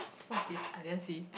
what's this I didn't see